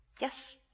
Yes